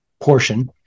portion